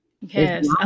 Yes